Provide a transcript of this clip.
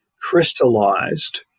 crystallized